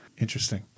Interesting